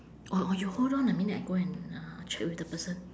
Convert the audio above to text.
or or you hold on a minute I go and uh check with the person